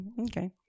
okay